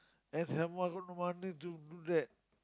and some more I got no money to do that